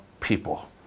people